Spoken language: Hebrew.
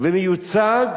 ומיוצג